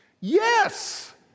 Yes